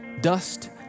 dust